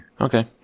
okay